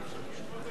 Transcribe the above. איך הגעת, ?